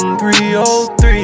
303